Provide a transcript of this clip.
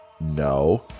No